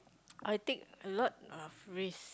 I take a lot of risk